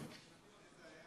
הכנסת.